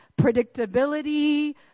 predictability